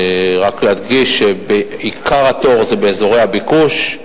רק להדגיש שעיקר התור הוא באזורי הביקוש.